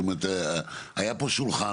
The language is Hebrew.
היה פה שולחן,